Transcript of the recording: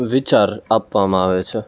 વિચાર આપવામાં આવે છે